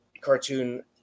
cartoon